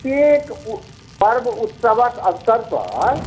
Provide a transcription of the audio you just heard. प्रत्येक पर्व उत्सवक अवसर पर